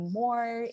more